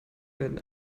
werden